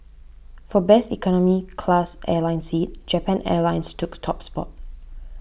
for best economy class airline seat Japan Airlines took top spot